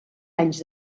anys